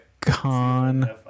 Con